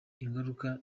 ingaruka